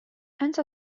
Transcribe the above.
أنت